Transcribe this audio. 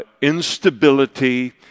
instability